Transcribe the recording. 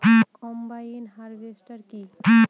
Combine harvester কি?